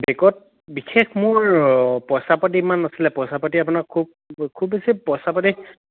বেগত বিশেষ মোৰ পইচা পাতি ইমান নাছিলে পইচা পাতি আপোনাৰ খুব খুব বেছি পইচা পাতি